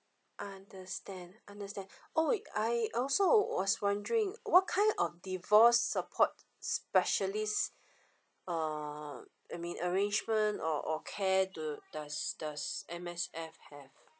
understand understand oh I also was wondering what kind of divorce support specialist um I mean arrangement or or care do does does M_S_F have